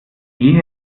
die